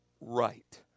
right